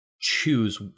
choose